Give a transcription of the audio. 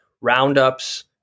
roundups